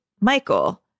Michael